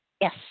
Yes